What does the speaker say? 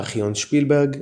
ארכיון שפילברג,